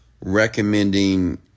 recommending